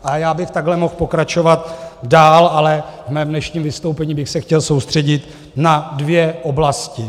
A já bych takhle mohl pokračovat dál, ale ve svém dnešním vystoupení bych se chtěl soustředit na dvě oblasti.